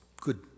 Good